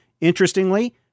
Interestingly